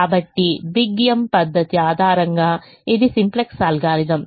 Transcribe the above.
కాబట్టి big M పద్ధతి ఆధారంగా ఇది సింప్లెక్స్ అల్గోరిథం